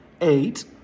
Eight